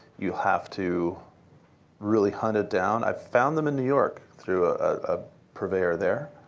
you have to really hunt it down. i found them in new york through a purveyor there,